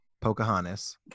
Pocahontas